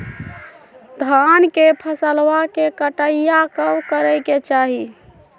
धान के फसलवा के कटाईया कब करे के चाही?